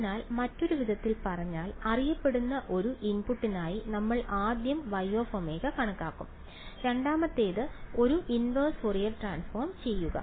അതിനാൽ മറ്റൊരു വിധത്തിൽ പറഞ്ഞാൽ അറിയപ്പെടുന്ന ഒരു ഇൻപുട്ടിനായി നമ്മൾ ആദ്യം Y ω കണക്കാക്കും രണ്ടാമത്തേത് ഒരു ഇൻവേർസ് ഫോറിയർ ട്രാൻസ്ഫോം ചെയ്യുക